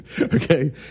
okay